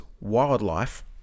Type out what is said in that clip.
Wildlife